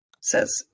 says